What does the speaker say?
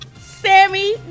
Sammy